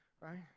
right